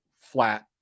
flat